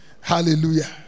Hallelujah